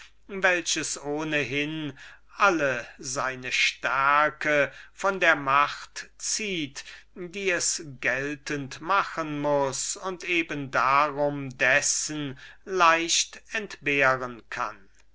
welches ohnehin alle seine stärke von der macht zieht die es gelten machen muß und aus eben diesem grunde dessen leicht entbehren kann